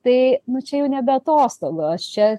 tai nu čia jau nebe atostogos čia